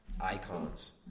icons